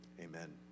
Amen